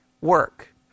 work